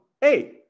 Hey